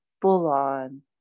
full-on